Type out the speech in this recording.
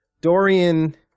dorian